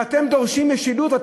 ואתם דורשים משילות?